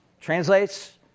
translates